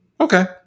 Okay